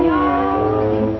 you know